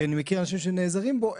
כי אני מכיר אנשים שנעזרים בו,